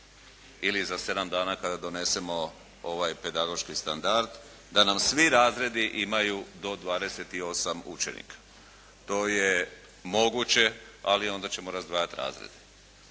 ili za 7 dana kada donesemo ovaj pedagoški standard da nam svi razredi imaju do 28 učenika. To je moguće, ali onda ćemo razdvajati razrede.